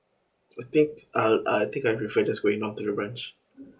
I think I'll uh I think I prefer just going down to the branch